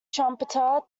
trumpeter